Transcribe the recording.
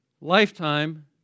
lifetime